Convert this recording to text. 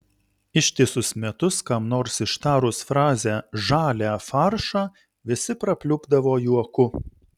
ištisus metus kam nors ištarus frazę žalią faršą visi prapliupdavo juoku